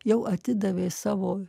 jau atidavė savo